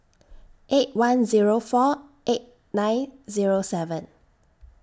eight one Zero four eight nine Zero seven